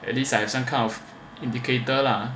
at least I have some kind of indicator lah